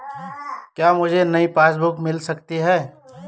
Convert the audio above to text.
क्या मुझे नयी पासबुक बुक मिल सकती है?